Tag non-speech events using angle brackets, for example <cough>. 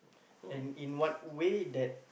mm <breath>